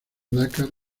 dakar